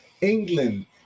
england